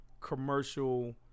commercial